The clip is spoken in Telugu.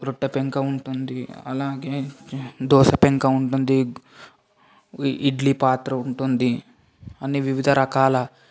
రొట్టె పెంక ఉంటుంది అలాగే దోశ పెంకు ఉంటుంది ఇడ్లీ పాత్ర ఉంటుంది అన్నీ వివిధ రకాల